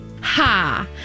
Ha